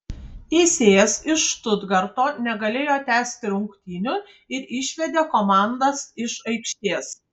teisėjas iš štutgarto negalėjo tęsti rungtynių ir išvedė komandas iš aikštės